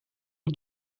het